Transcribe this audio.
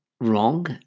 wrong